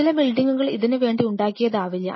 ചില ബിൽഡിങ്ങുകൾ ഇതിനു വേണ്ടി ഉണ്ടാക്കിയതാവില്ല